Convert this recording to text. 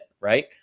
right